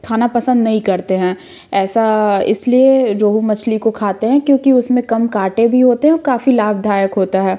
खाना पसंद नहीं करते हैं ऐसा इसलिए रोहू मछली को खाते हैं क्योंकि उसमें कम काँटे भी होते हैं और काफ़ी लाभधायक होता है